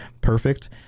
perfect